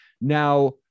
Now